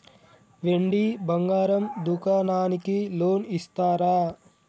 వెండి బంగారం దుకాణానికి లోన్ ఇస్తారా?